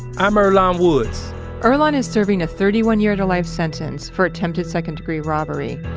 i'm earlonne woods earlonne is serving a thirty one year to life sentence for attempted second-degree robbery,